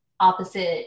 opposite